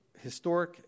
historic